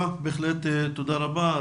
רבה.